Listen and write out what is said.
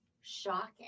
shocking